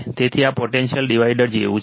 તેથી આ potential divider જેવું છે